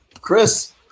Chris